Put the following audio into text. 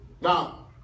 Now